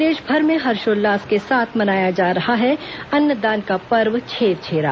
प्रदेशभर में हर्षोल्लास के साथ मनाया जा रहा है अन्नदान का पर्व छेरछेरा